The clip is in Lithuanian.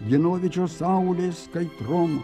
dienovidžio saulės kaitrom